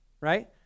right